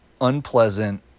unpleasant